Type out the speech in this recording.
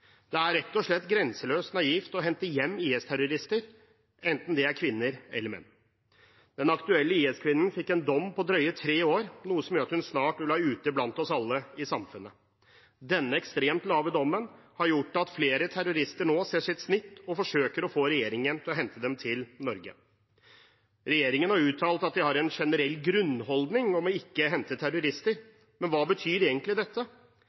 Det er rett og slett grenseløst naivt å hente hjem IS-terrorister, enten de er kvinner eller menn. Den aktuelle IS-kvinnen fikk en dom på drøyt tre år, noe som gjør at hun snart vil være ute blant oss alle i samfunnet. Denne ekstremt lave dommen har gjort at flere terrorister nå ser sitt snitt og forsøker å få regjeringen til å hente dem til Norge. Regjeringen har uttalt at den har en generell grunnholdning om ikke å hente terrorister, men hva betyr egentlig dette?